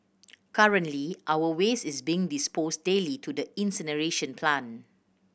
currently our waste is being disposed daily to the incineration plant